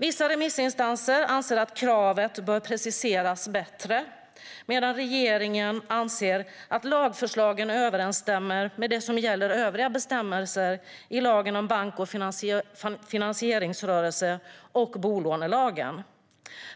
Vissa remissinstanser anser att kravet bör preciseras bättre, medan regeringen anser att lagförslaget överensstämmer med det som gäller övriga bestämmelser i lagen om bank och finansieringsrörelse och bolånelagen.